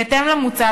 בהתאם למוצע,